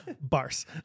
bars